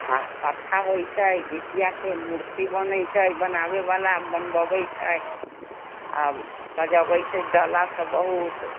हँ कथा होइत छै जीतियाके मूर्ति बनैत छै बनाबयवला बनवबैत छै आ सजबैत छै डालासभ बहुत